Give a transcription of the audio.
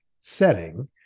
setting